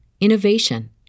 innovation